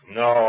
no